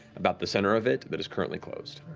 about the center of it, that is currently closed.